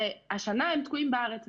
והשנה הם תקועים בארץ.